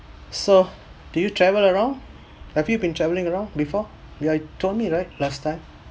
so do you travel around have you been travelling around before you have told me right last time